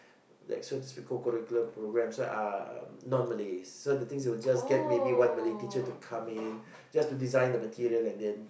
like so to speak of co-curricular programmes are non Malays so the thing is that they will just get maybe only one Malay teacher to come in just to design the material and then